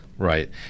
Right